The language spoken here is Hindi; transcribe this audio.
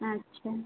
अच्छा